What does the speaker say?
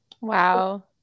wow